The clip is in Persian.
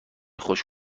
خوش